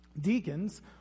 Deacons